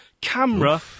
camera